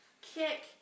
kick